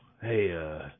Hey